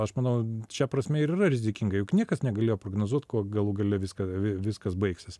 aš manau šia prasme ir yra rizikinga juk niekas negalėjo prognozuoti kuo galų gale viskas viskas baigsis